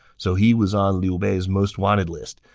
so he was on liu bei's most wanted list,